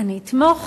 אני אתמוך